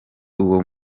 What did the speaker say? uwo